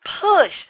push